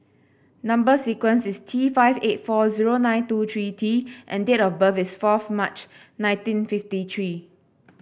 number sequence is T five eight four zero nine two three T and date of birth is fourth March nineteen fifty three